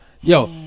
Yo